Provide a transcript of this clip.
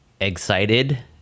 Excited